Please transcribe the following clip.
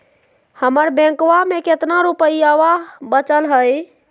हमर बैंकवा में कितना रूपयवा बचल हई?